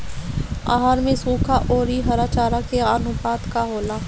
आहार में सुखा औरी हरा चारा के आनुपात का होला?